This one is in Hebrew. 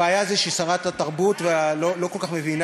הבעיה היא ששרת התרבות לא כל כך מבינה